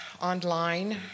online